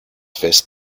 fest